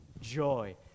joy